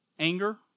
Anger